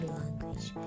language